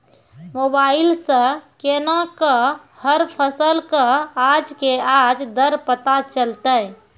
Mobile सऽ केना कऽ हर फसल कऽ आज के आज दर पता चलतै?